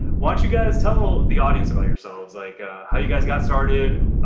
why don't you guys tell the audience about yourselves, like how you guys got started?